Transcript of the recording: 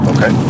Okay